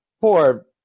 poor